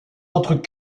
autres